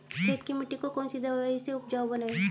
खेत की मिटी को कौन सी दवाई से उपजाऊ बनायें?